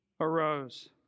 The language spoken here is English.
arose